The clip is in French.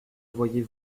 voyez